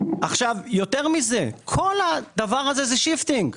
יותר מכך, כל הדבר הזה הוא Shifting.